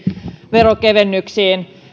veronkevennyksiin